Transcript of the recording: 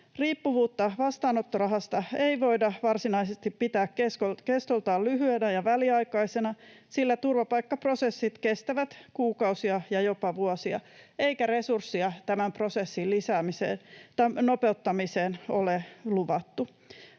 Riippuvuutta vastaanottorahasta ei voida varsinaisesti pitää kestoltaan lyhyenä ja väliaikaisena, sillä turvapaikkaprosessit kestävät kuukausia ja jopa vuosia, eikä resurssia tämän prosessin nopeuttamiseen ole luvattu.